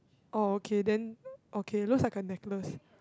oh okay then okay looks like a necklace